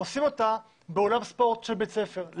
עושים אותה באולם ספורט של בית ספר.